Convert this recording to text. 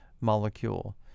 molecule